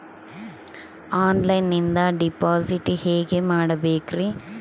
ಆನ್ಲೈನಿಂದ ಡಿಪಾಸಿಟ್ ಹೇಗೆ ಮಾಡಬೇಕ್ರಿ?